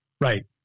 Right